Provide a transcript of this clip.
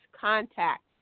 contact